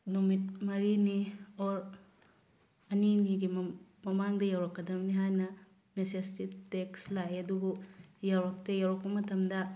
ꯅꯨꯃꯤꯠ ꯃꯔꯤꯅꯤ ꯑꯣꯔ ꯑꯅꯤꯅꯤꯒꯤ ꯃꯃꯥꯡꯗ ꯌꯧꯔꯛꯀꯗꯕꯅꯤ ꯍꯥꯏꯅ ꯃꯦꯁꯦꯁꯇꯤ ꯇꯦꯛꯁ ꯂꯥꯛꯏ ꯑꯗꯨꯕꯨ ꯌꯧꯔꯛꯇꯦ ꯌꯧꯔꯛꯄ ꯃꯇꯝꯗ